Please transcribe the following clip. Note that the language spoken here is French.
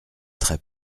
très